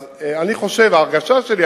אז אני חושב שההרגשה שלי,